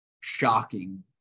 shocking